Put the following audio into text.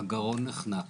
הגרון נחנק.